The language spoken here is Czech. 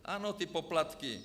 Ano, ty poplatky.